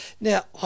Now